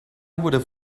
would